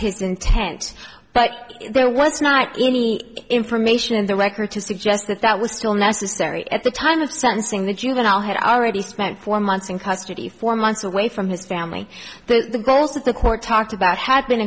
his intent but there was not any information in the record to suggest that that was still necessary at the time of sentencing the juvenile had already spent four months in custody four months away from his family the goals that the court talked about had been